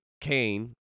Cain